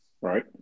Right